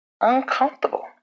uncomfortable